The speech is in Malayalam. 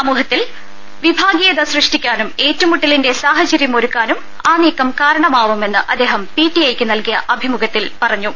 സമൂഹത്തിൽ വിഭാഗീയത സൃഷ്ടിക്കാനും ഏറ്റുമുട്ടലിന്റെ സാഹചര്യം ഒരുക്കാനും ആ നീക്കം കാരണമാവുമെന്ന് അദ്ദേഹം പിടിഐക്ക് നൽകിയ അഭി മുഖത്തിൽ പറഞ്ഞു